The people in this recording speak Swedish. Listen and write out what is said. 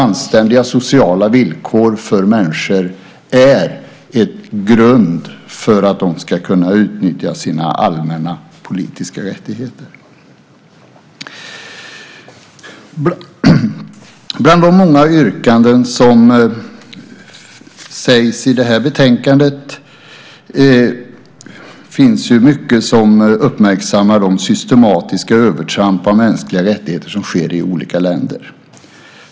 Anständiga sociala villkor för människor är en grund för att de ska kunna utnyttja sina allmänna politiska rättigheter. Bland de många yrkandena i det här betänkandet finns ett stort antal som uppmärksammar de systematiska övertramp av mänskliga rättigheter som sker i olika länder.